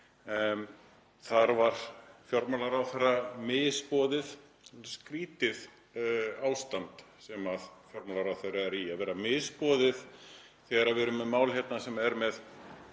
þar var fjármálaráðherra misboðið. Skrýtið ástand sem fjármálaráðherra er í, að vera misboðið þegar við erum með mál hérna sem er með